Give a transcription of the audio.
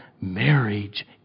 marriage